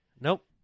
Nope